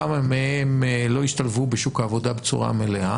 כמה מהם לא ישתלבו בשוק העבודה בצורה מלאה